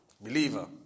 believer